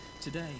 today